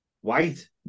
White